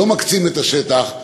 לא מקצים את השטח.